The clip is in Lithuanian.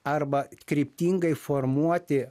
arba kryptingai formuoti